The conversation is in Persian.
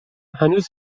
هنوز